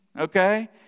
okay